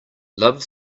love